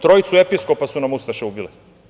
Trojicu episkopa su nam ustaše ubile.